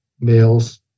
males